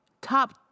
top